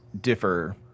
differ